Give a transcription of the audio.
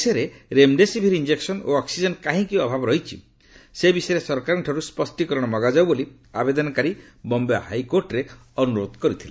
ଦେଶରେ remdesivir injection ଓ oxygen କାହିଁକି ଅଭାବ ରହିଛି ସେ ବିଷୟରେ ସରକାରଙ୍କଠାରୁ ସ୍ୱଷ୍ଟିକରଣ ମଗାଯାଉ ବୋଲି ଆବେଦନକାରୀ ବମ୍ଘେ ହାଇକୋର୍ଟରେ ଅନୁରୋଧ କରିଥିଲେ